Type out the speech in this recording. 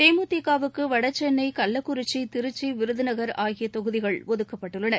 தேமுதிகவுக்கு வடகென்னை கள்ளக்குறிச்சி திருச்சி விருதநகர் ஆகிய தொகுதிகள் ஒதுக்கப்பட்டுள்ளன